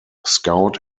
scout